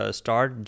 start